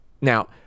Now